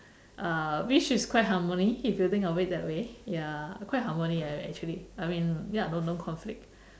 uh which is quite harmony if you think of it that way ya quite harmony ah actually I mean ya ya no conflict